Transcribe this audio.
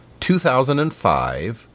2005